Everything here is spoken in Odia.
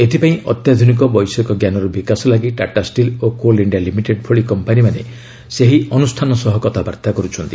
ଏଥିପାଇଁ ଅତ୍ୟାଧୁନିକ ବୈଷୟିକଜ୍ଞାନର ବିକାଶ ଲାଗି ଟାଟା ଷ୍ଟିଲ୍ ଓ କୋଲ୍ ଇଣ୍ଡିଆ ଲିମିଟେଡ୍ ଭଳି କମ୍ପାନୀମାନେ ସେହି ଅନୁଷ୍ଠାନ ସହ କଥାବାର୍ତ୍ତା କରୁଛନ୍ତି